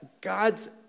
God's